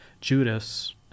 Judas